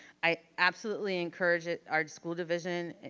i absolutely encourage it. our school division,